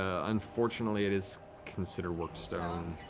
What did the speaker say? ah unfortunately it is considered worked stone.